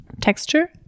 texture